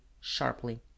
sharply